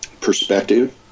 perspective